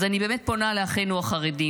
אז אני באמת פונה לאחינו החרדים.